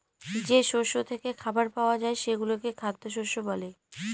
যে শস্য থেকে খাবার পাওয়া যায় সেগুলোকে খ্যাদ্যশস্য বলে